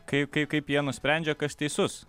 kai kaip kaip jie nusprendžia kas teisus